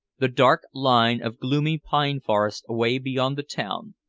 the dark line of gloomy pine forest away beyond the town,